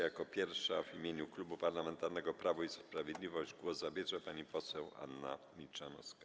Jako pierwsza w imieniu Klubu Parlamentarnego Prawo i Sprawiedliwość głos zabierze pani poseł Anna Milczanowska.